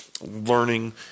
learning